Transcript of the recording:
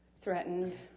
Threatened